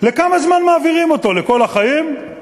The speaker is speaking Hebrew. לכמה זמן מעבירים אותו, לכל החיים?